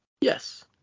Yes